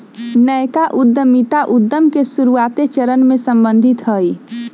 नयका उद्यमिता उद्यम के शुरुआते चरण से सम्बंधित हइ